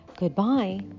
goodbye